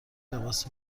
لباس